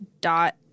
dot